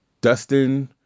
Dustin